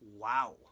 Wow